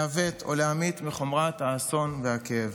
לעוות או להמעיט מחומרת האסון והכאב.